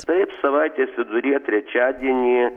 taip savaitės viduryje trečiadienį